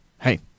Hey